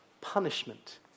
punishment